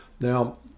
Now